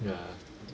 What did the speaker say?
ah